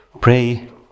Pray